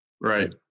Right